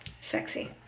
sexy